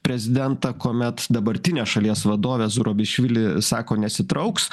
prezidentą kuomet dabartinė šalies vadovė zurabišvili sako nesitrauks